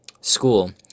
School